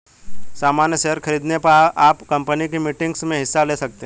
सामन्य शेयर खरीदने पर आप कम्पनी की मीटिंग्स में हिस्सा ले सकते हैं